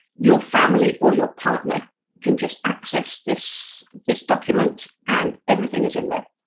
your family or your partner can just access this, this document and everything is in there.